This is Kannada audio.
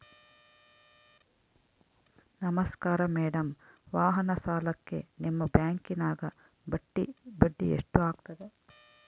ನಮಸ್ಕಾರ ಮೇಡಂ ವಾಹನ ಸಾಲಕ್ಕೆ ನಿಮ್ಮ ಬ್ಯಾಂಕಿನ್ಯಾಗ ಬಡ್ಡಿ ಎಷ್ಟು ಆಗ್ತದ?